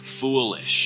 foolish